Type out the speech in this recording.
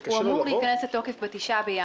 הוא אמור להיכנס לתוקף ב-9.1.